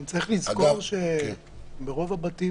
גם צריך לזכור שברוב הבתים